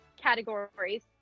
categories